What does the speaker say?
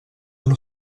allo